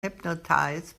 hypnotized